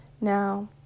Now